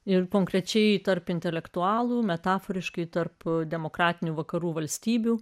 ir konkrečiai tarp intelektualų metaforiškai tarp demokratinių vakarų valstybių